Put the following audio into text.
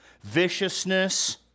viciousness